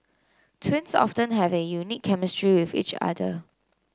twins often have a unique chemistry with each other